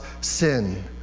sin